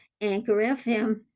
Anchor.fm